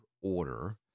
order